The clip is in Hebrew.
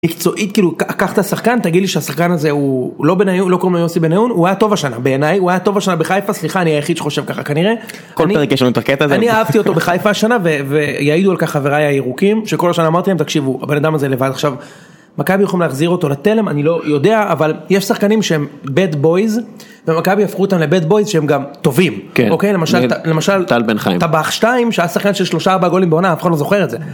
מקצועית כאילו קח את השחקן תגיד לי שהשחקן הזה הוא לא בניון לא קוראים לו יוסי בניון הוא היה טוב השנה בעיניי הוא היה טוב השנה בחיפה סליחה אני היחיד שחושב ככה כנראה. אני אהבתי אותו בחיפה השנה ויעידו על כך חבריי הירוקים שכל שנה אמרתי להם תקשיבו הבן אדם הזה לבד עכשיו. מכבי יכול להחזיר אותו לתלם אני לא יודע אבל יש שחקנים שהם bad boys ומכבי הפכו אותם לבית בויז שהם גם טובים. אוקיי למשל טל בן חיים אתה טב"ח שתיים שעה שחקן של שלושה ארבעה גולים בעונה אף אחד לא זוכר את זה.